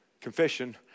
confession